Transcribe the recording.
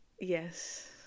yes